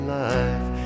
life